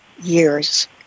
years